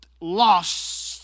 lost